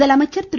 முதலமைச்சர் திரு